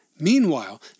Meanwhile